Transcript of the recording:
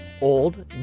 Old